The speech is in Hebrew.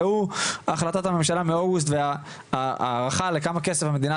ראו החלטת הממשלה מאוגוסט וההערכה כמה כסף המדינה